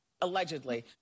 Allegedly